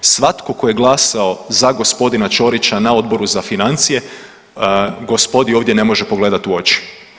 Svatko tko je glasao za gospodina Čorića na Odboru za financije, gospodi ovdje ne može pogledati u oči.